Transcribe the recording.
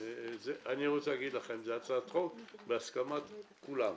זו הצעת חוק בהסכמת כולם,